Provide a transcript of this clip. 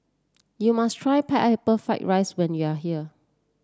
you must try Pineapple Fried Rice when you are here